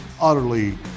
utterly